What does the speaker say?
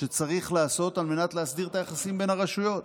שצריך לעשות על מנת להסדיר את היחסים בין הרשויות.